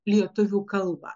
lietuvių kalbą